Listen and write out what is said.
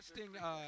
Interesting